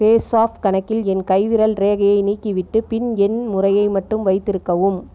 பேசாப் கணக்கில் என் கைவிரல் ரேகையை நீக்கிவிட்டு பின் எண் முறையை மட்டும் வைத்திருக்கவும்